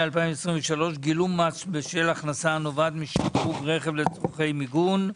2023 (גילום מס בשל הכנסה הנובעת משדרוג רכב לצורכי מיגון).